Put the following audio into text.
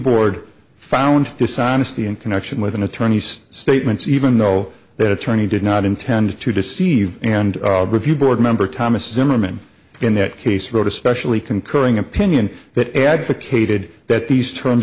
board found dishonesty in connection with an attorney's statements even though that attorney did not intend to deceive and review board member thomas zimmerman in that case wrote especially concurring opinion that advocated that these terms